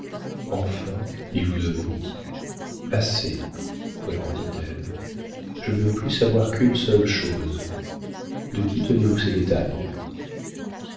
enfin il vous obéit assez répondit-elle je ne veux plus savoir qu'une seule chose de qui tenez-vous ces détails